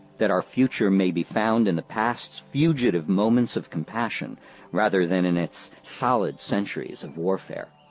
that our future may be found in the past's fugitive moments of compassion rather than in its solid centuries of warfare.